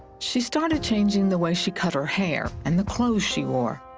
she started changing the way she cut her hair and the clothes she wore.